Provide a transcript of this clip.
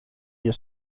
your